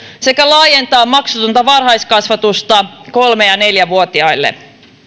sekä laajentaa maksutonta varhaiskasvatusta kolme ja neljä vuotiaille